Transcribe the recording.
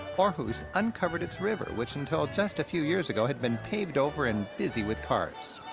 arhus uncovered its river, which until just a few years ago had been paved over and busy with cars.